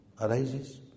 arises